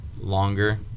longer